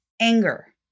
anger